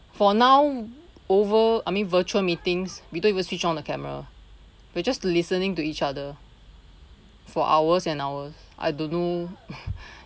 for now over I mean virtual meetings we don't even switch on the camera we are just to listening to each other for hours and hours I don't know